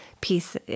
piece